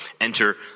enter